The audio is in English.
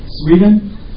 Sweden